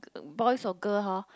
boys or girl hor